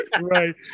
Right